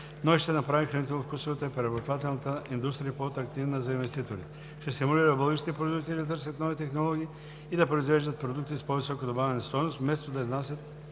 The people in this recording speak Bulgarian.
но и ще направи хранително-вкусовата и преработвателната индустрия по-атрактивна за инвеститорите, ще стимулира българските производители да търсят нови технологии и да произвеждат продукти с по-висока добавена стойност, вместо да изнасят